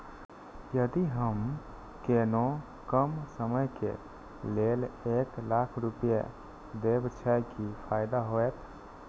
यदि हम कोनो कम समय के लेल एक लाख रुपए देब छै कि फायदा होयत?